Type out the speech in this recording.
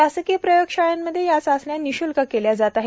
शासकीय प्रयोगशाळांमध्ये या चाचण्या निश्ल्क केल्या जात आहेत